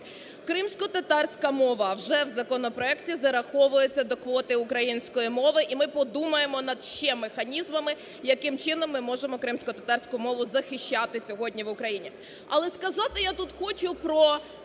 Кримськотатарська мова вже в законопроекті зараховується до квоти української мови, і ми подумаємо над ще механізмами, яким чином ми можемо кримськотатарську мову захищати сьогодні в Україні. Але сказати я тут хочу про